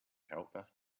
helper